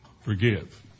forgive